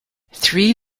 three